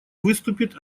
выступит